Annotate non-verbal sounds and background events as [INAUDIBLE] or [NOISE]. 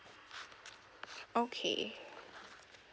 [NOISE] okay